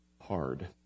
hard